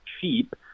cheap